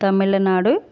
Tamil Nadu